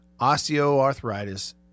osteoarthritis